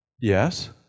Yes